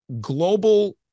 global